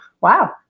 wow